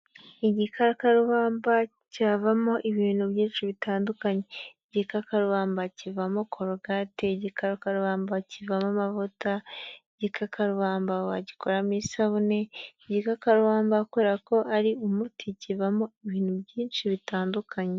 Igikarakarubamba cyavamo ibintu byinshi bitandukanye, igikakarubamba kivamo korogate, igikakarubamba kivamo amavuta, igikakarubamba wagikoramo isabune, igikakarubamba kubera ko ari umuti kivamo ibintu byinshi bitandukanye.